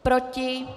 Proti?